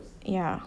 yeah